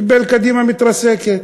קיבל קדימה מתרסקת.